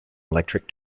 electric